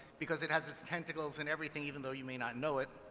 because it has its tentacles in everything, even though you may not know it.